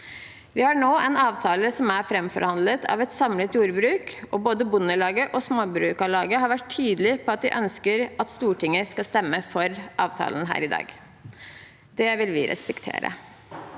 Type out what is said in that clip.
Vi har nå en avtale som er framforhandlet av et samlet jordbruk, og både Bondelaget og Småbrukarlaget har vært tydelig på at de ønsker at Stortinget skal stemme for avtalen her i dag. Det vil vi respektere.